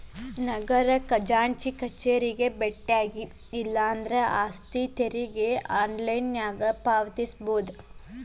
ನಗರ ಖಜಾಂಚಿ ಕಚೇರಿಗೆ ಬೆಟ್ಟ್ಯಾಗಿ ಇಲ್ಲಾಂದ್ರ ಆಸ್ತಿ ತೆರಿಗೆ ಆನ್ಲೈನ್ನ್ಯಾಗ ಪಾವತಿಸಬೋದ